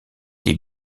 des